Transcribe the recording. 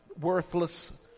worthless